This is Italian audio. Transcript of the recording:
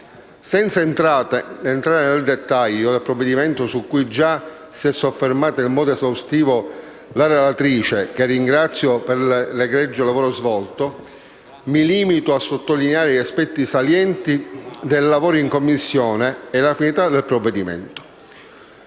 Senza entrare nel dettaglio del provvedimento su cui già si è soffermata in modo esaustivo la relatrice, che ringrazio per l'egregio lavoro svolto, mi limito a sottolineare gli aspetti salienti del lavoro in Commissione e le finalità del provvedimento.